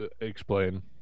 explain